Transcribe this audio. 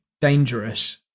dangerous